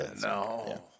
no